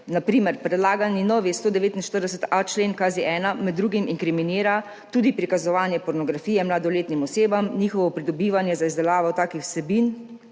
na primer predlagani novi 149.a člen KZ-1 med drugim inkriminira tudi prikazovanje pornografije mladoletnim osebam, njihovo pridobivanje za izdelavo takih vsebin